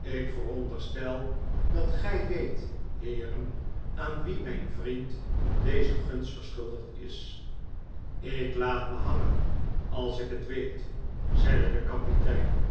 ik veronderstel dat gij weet heeren aan wien mijn vriend deze gunst verschuldigd is ik laat me hangen als ik het weet zeide de kapitein